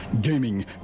gaming